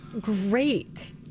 great